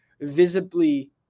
visibly